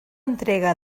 entrega